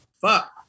fuck